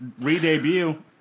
re-debut